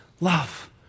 love